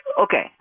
Okay